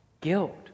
Guilt